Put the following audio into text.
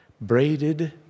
braided